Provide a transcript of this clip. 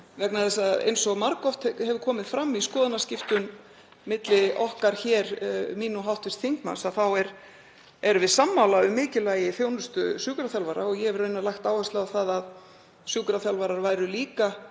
vegna þess, eins og margoft hefur komið fram í skoðanaskiptum milli okkar hér, mín og hv. þingmanns, að við erum sammála um mikilvægi þjónustu sjúkraþjálfara. Ég hef raunar lagt áherslu á að sjúkraþjálfarar væru líka